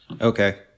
Okay